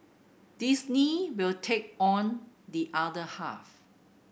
Disney will take on the other half